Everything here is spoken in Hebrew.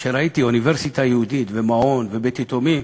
כשראיתי אוניברסיטה יהודית ומעון ובית-יתומים.